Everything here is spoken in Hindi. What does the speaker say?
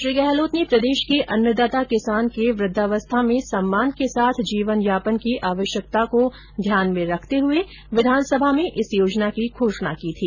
श्री गहलोत ने प्रदेश के अन्नदाता किसान के वृद्धावस्था में सम्मान के साथ जीवन यापन की आवश्यकता को ध्यान में रखते हुए विधानसभा में इस योजना की घोषणा की थी